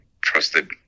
trusted